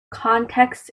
context